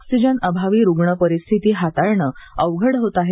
oxygen अभावी रुग्ण परिस्थिती हाताळणे अवघड होत आहे